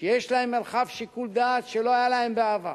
שיש להן מרחב שיקול דעת שלא היה להן בעבר.